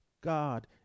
God